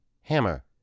Hammer